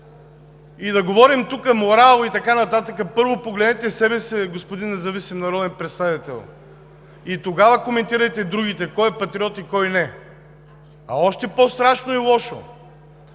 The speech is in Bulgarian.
И да говорим тук за морал и така нататък… Първо погледнете себе си, господин Независим народен представител, и тогава коментирайте другите кой е патриот и кой не. Още по-страшно и лошо